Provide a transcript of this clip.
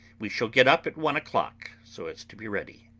we shall get up at one o'clock, so as to be ready.